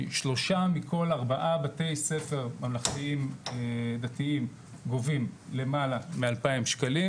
שלושה מכל ארבעה בתי ספר ממלכתיים דתיים גובים למעלה מ-2,000 שקלים